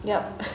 yup